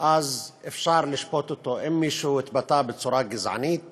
אז אפשר לשפוט אותו, אם מישהו התבטא בצורה גזענית